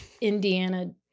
Indiana